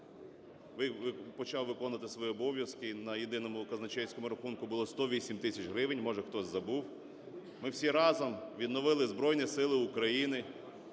почав виконувати свої обов'язки, на єдиному казначейському рахунку було 108 тисяч гривень, може хтось забув. Ми всі разом відновили Збройні Сили України.